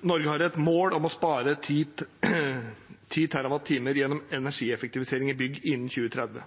Norge har et mål om å spare 10 TWh gjennom energieffektivisering i bygg innen 2030.